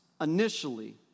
initially